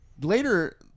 Later